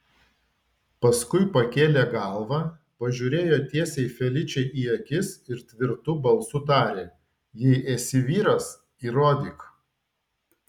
paskui pakėlė galvą pažiūrėjo tiesiai feličei į akis ir tvirtu balsu tarė jei esi vyras įrodyk